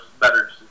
better